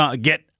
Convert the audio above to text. get